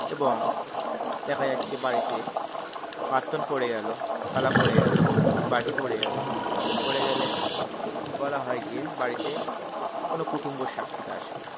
এবং দেখা যাচ্ছে বাড়িতে বরতন পড়ে গেল থালা পড়ে গেল বাটি পড়ে গেল পড়ে গেলে বলা হয় যে বাড়িতে কোনো কুটুম্ব সাক্ষাতে আসবে